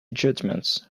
judgements